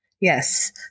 Yes